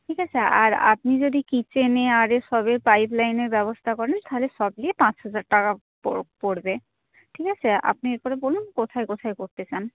ঠিক আছে আর আপনি যদি কিচেনে আরে সবের পাইপলাইনের ব্যবস্থা করেন তাহলে সব নিয়ে পাঁচ হাজার টাকা পড়বে ঠিক আছে আপনি এরপরে বলুন কোথায় কোথায় করতে চান